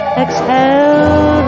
exhale